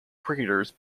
cricketers